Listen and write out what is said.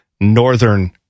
Northern